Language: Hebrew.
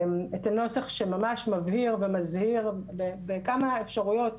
הוא ממש מבהיר ומסביר בכמה אפשרויות,